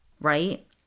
Right